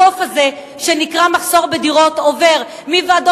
הקוף הזה שנקרא מחסור בדירות עובר מוועדות